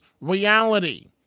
reality